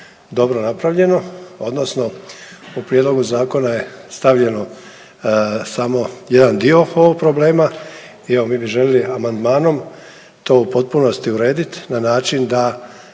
dobro napravljeno odnosno u prijedlogu zakona je stavljeno samo jedan dio ovog problema i evo mi bi želili amandmanom to u potpunosti uredit na način da